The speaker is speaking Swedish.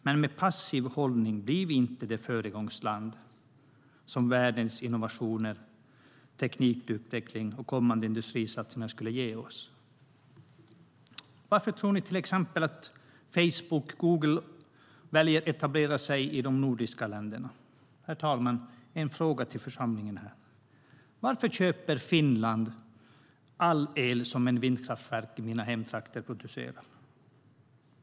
Men med passiv hållning blir inte Sverige det föregångsland som världens innovationer, teknikutveckling och kommande industrisatsningar skulle kunna innebära. Varför tror ni till exempel att Facebook och Google väljer att etablera sig i de nordiska länderna? Det är en fråga till församlingen här, herr talman. Varför köper Finland all el som ett vindkraftverk i mina hemtrakter producerar?